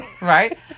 Right